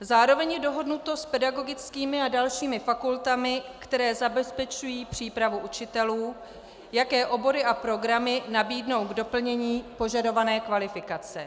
Zároveň je dohodnuto s pedagogickými a dalšími fakultami, které zabezpečují přípravu učitelů, jaké obory a programy nabídnou k doplnění požadované kvalifikace.